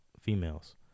females